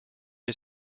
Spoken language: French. est